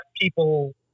people